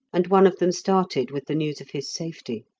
and one of them started with the news of his safety.